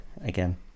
again